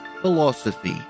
philosophy